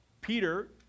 Peter